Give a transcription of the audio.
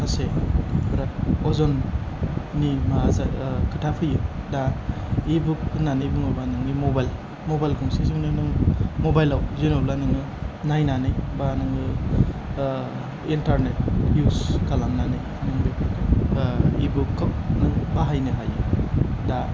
माखासे बिराद अजननि माखासे खोथा फैयो दा इ बुक होन्नानै बुङोब्ला नोंनि मबाइल मबाइल गंसे जोंनो नों मबाइलाव जेन'बा नोङो नायनानै बा नोङो इनटारनेट इउस खालामनानै इ बुकखौ बाहायनो हायो दा